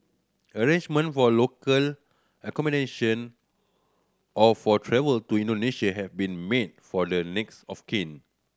arrangement for a local accommodation or for travel to Indonesia have been made for the next of kin